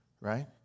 right